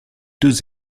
deux